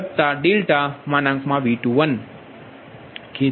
35 degree બરાબર છે